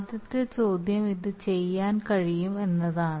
ആദ്യത്തെ ചോദ്യം അത് ചെയ്യാൻ കഴിയും എന്നതാണ്